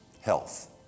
health